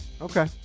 Okay